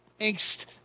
angst